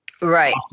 Right